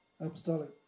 apostolic